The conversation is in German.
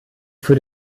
für